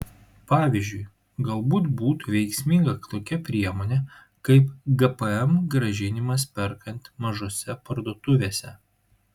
pavyzdžiui galbūt būtų veiksminga tokia priemonė kaip gpm grąžinimas perkant mažose parduotuvėse